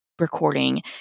Recording